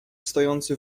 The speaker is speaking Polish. stojący